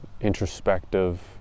introspective